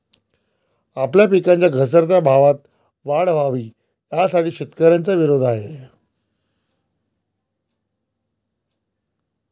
आपल्या पिकांच्या घसरत्या भावात वाढ व्हावी, यासाठी शेतकऱ्यांचा विरोध आहे